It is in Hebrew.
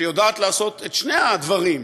שיודעת לעשות את שני הדברים,